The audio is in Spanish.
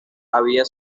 había